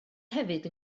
hefyd